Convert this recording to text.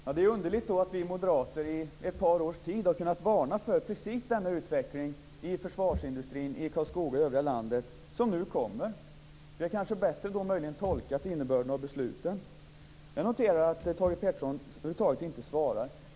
Herr talman! Då är det underligt att vi moderater under ett par års tid har kunnat varna för precis den utveckling i försvarsindustrin i Karlskoga och i övriga landet som nu kommer. Möjligen har vi bättre tolkat innebörden av besluten. Jag noterar att Thage G Peterson över huvud taget inte svarar.